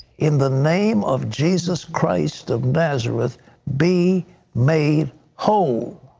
in the name of jesus christ of nazareth be made whole.